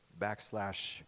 backslash